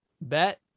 Bet